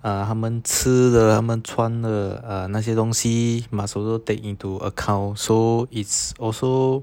ah 他们吃的他们穿的 ah 那些东西 must also take into account so it's also